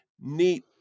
neat